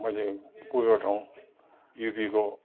मैले पुगेको ठाउँ युपिको